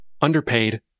underpaid